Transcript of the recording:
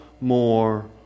more